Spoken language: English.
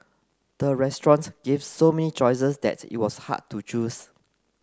the restaurant gave so many choices that it was hard to choose